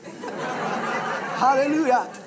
Hallelujah